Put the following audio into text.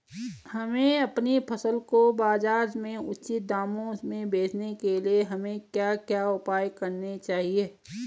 हमें अपनी फसल को बाज़ार में उचित दामों में बेचने के लिए हमें क्या क्या उपाय करने चाहिए?